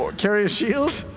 um carry a shield,